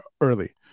early